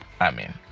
Amen